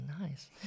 nice